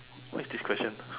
what is this question